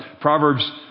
Proverbs